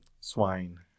swine